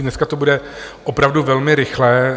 Dneska to bude opravdu velmi rychlé.